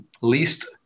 least